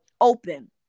open